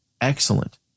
excellent